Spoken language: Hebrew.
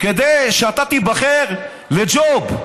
כדי שאתה תיבחר, לג'וב,